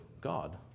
God